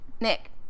Nick